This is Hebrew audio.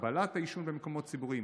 הגבלת העישון במקומות ציבוריים,